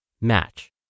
match